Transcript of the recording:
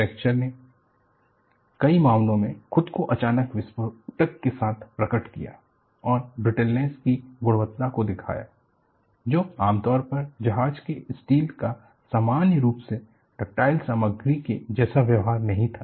fracture ने कई मामलों में खुद को अचानक विस्फोटक के साथ प्रकट किया और ब्रिटलनेस की गुणवत्ता को दिखाया जो आमतौर पर जहाज के स्टील का सामान्य रूप से डक्टाइल सामग्री के जैसा व्यवहार नहीं था